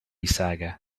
saga